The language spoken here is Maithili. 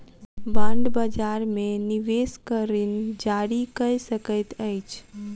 बांड बजार में निवेशक ऋण जारी कअ सकैत अछि